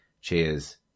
Cheers